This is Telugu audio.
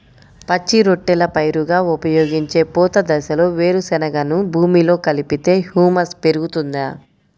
పచ్చి రొట్టెల పైరుగా ఉపయోగించే పూత దశలో వేరుశెనగను భూమిలో కలిపితే హ్యూమస్ పెరుగుతుందా?